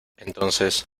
entonces